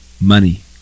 money